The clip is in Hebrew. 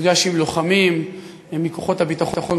ונפגש עם לוחמים מכוחות הביטחון כולם: